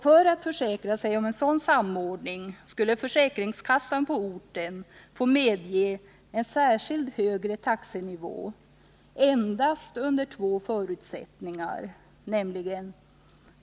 För att försäkra sig om en sådan samordning skulle försäkringskassan på orten få medge en särskild högre taxenivå endast under två förutsättningar.